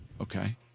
okay